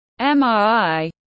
MRI